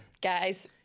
guys